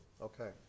Okay